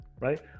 Right